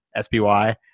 SPY